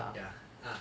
ya ah